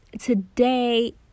today